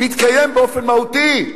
מתקיים באופן מהותי.